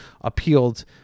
appealed